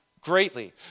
greatly